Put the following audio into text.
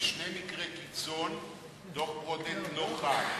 שבשני מקרי קיצון דוח-ברודט לא חל.